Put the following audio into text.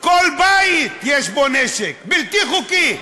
בכל בית יש נשק בלתי חוקי.